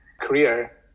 career